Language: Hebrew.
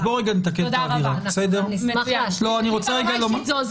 תודה רבה, זה עוזר מבחינת החוויה.